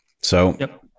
So-